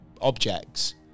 objects